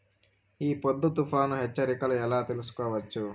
ఈ పొద్దు తుఫాను హెచ్చరికలు ఎలా తెలుసుకోవచ్చు?